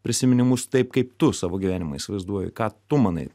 prisiminimus taip kaip tu savo gyvenimą įsivaizduoji ką tu manai